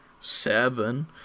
seven